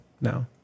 now